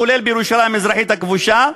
כולל בירושלים המזרחית הכבושה,